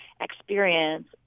experience